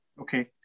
okay